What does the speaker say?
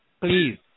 Please